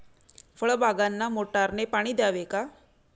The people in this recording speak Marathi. फळबागांना मोटारने पाणी द्यावे का?